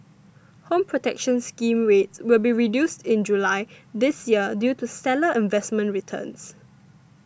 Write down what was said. Home Protection Scheme rates will be reduced in July this year due to stellar investment returns